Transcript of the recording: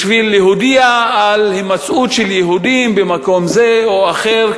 כדי להודיע על הימצאות של יהודים במקום זה או אחר,